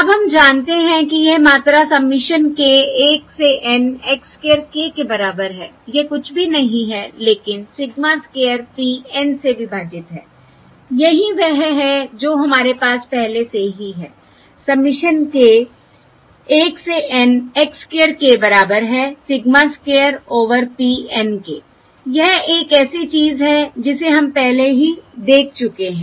अब हम जानते हैं कि यह मात्रा सबमिशन k 1 से N x स्क्वायर k के बराबर है यह कुछ भी नहीं है लेकिन सिग्मा स्क्वायर p N से विभाजित है यही वह है जो हमारे पास पहले से ही है सबमिशन k 1 से N x स्क्वायर k बराबर है sigma square over p N के यह एक ऐसी चीज है जिसे हम पहले ही देख चुके हैं